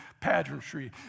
pageantry